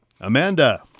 Amanda